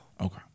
Okay